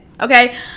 Okay